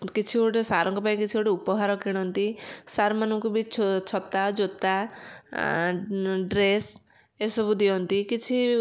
କିଛି ଗୋଟେ ସାରଙ୍କ ପାଇଁ କିଛି ଗୋଟେ ଉପହାର କିଣନ୍ତି ସାରମାନଙ୍କୁ ବି ଛୋ ଛତା ଜୋତା ଡ୍ରେସ ଏସବୁ ଦିଅନ୍ତି କିଛି